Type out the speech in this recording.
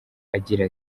agira